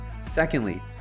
Secondly